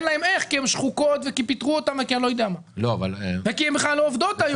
להן איך כי הן שחוקות וכי פיטרו אותן וכי הן בכלל לא עובדות היום.